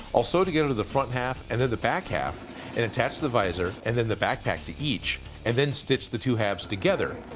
i'll sew together the front half and then the back half and attach the visor and then the backpack to each and then stitch the two halves together,